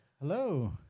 hello